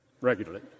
Regularly